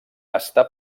està